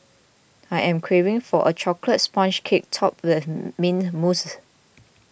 I am craving for a Chocolate Sponge Cake Topped with Mint Mousse